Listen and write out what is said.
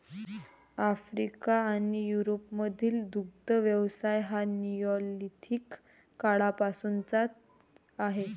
Africa आणि युरोपमधील दुग्ध व्यवसाय हा निओलिथिक काळापासूनचा आहे